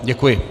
Děkuji.